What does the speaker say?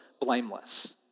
blameless